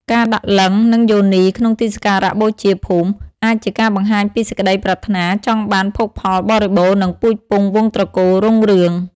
ការដាក់លីង្គ និងយោនីក្នុងទីសក្ការៈបូជាភូមិ អាចជាការបង្ហាញពីសេចក្តីប្រាថ្នាចង់បានភោគផលបរិបូរណ៍ និងពូជពង្សវង្សត្រកូលរុងរឿង។